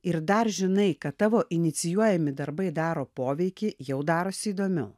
ir dar žinai kad tavo inicijuojami darbai daro poveikį jau darosi įdomiau